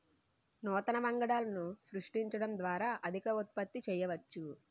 నూతన వంగడాలను సృష్టించడం ద్వారా అధిక ఉత్పత్తి చేయవచ్చు